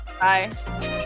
Bye